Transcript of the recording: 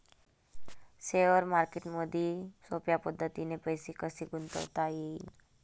Share मार्केटमधी सोप्या पद्धतीने पैसे कसे गुंतवता येईन?